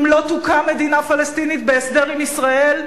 אם לא תוקם מדינה פלסטינית בהסדר עם ישראל,